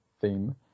theme